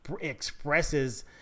expresses